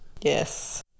yes